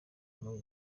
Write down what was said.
muri